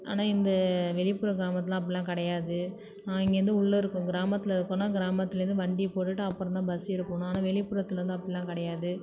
ஆனால் இந்த வெளிப்புற கிராமத்தில் அப்படிலாம் கிடையாது நான் இங்கேருந்து உள்ள இருக்கும் கிராமத்தில் இருக்கோம்னால் கிராமத்துலேருந்து வண்டியை போட்டுட்டு அப்புறம் தான் பஸ் ஏற போகணும் ஆனால் வெளிப்புறத்தில் வந்து அப்படிலாம் கிடையாது